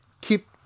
keep